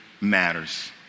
matters